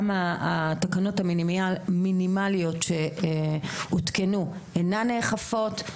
גם התקנות המינימליות שהותקנו אינן נאכפות,